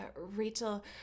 Rachel